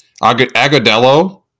Agadello